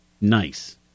nice